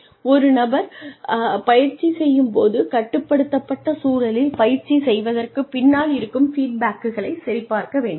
ஒரு நபர் பயிற்சி செய்யும் போது கட்டுப்படுத்தப்பட்ட சூழலில் பயிற்சி செய்வதற்கு பின்னால் இருக்கும் ஃபீட்பேக்குகளை சரிபார்க்க வேண்டும்